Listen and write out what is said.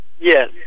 Yes